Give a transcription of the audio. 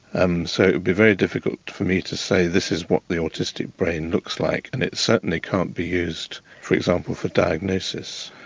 um be very difficult for me to say, this is what the autistic brain looks like and it certainly can't be used, for example, for diagnosis.